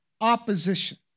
opposition